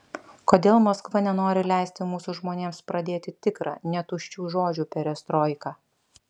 kodėl maskva nenori leisti mūsų žmonėms pradėti tikrą ne tuščių žodžių perestroiką